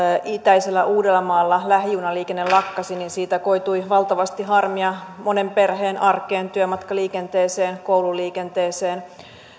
itäisellä uudellamaalla lähijunaliikenne lakkasi siitä koitui valtavasti harmia monen perheen arkeen työmatkaliikenteeseen koululiikenteeseen